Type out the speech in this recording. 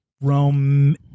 Rome